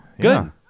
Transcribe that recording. good